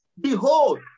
behold